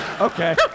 Okay